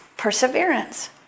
perseverance